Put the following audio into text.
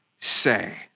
say